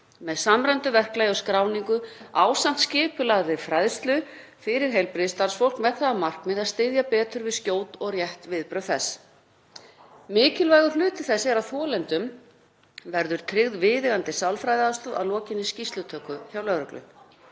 með samræmdu verklagi og skráningu ásamt skipulagðri fræðslu fyrir heilbrigðisstarfsfólk með það að markmiði að styðja betur við skjót og rétt viðbrögð þess. Mikilvægur hluti þess er að þolendum verður tryggð viðeigandi sálfræðiaðstoð að lokinni skýrslutöku hjá lögreglu.